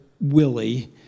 Willie